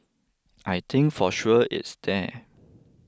I think for sure it's there